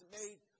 made